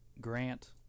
Grant